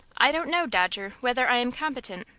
i don't know, dodger, whether i am competent.